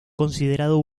considerado